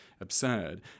absurd